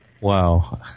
Wow